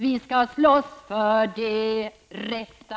vi ska slåss för det rätta!